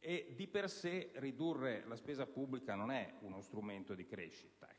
Di per sé, ridurre la spesa pubblica non è uno strumento di crescita.